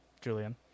Julian